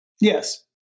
Yes